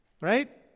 right